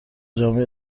جامع